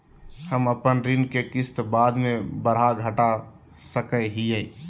हम अपन ऋण के किस्त बाद में बढ़ा घटा सकई हियइ?